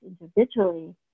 individually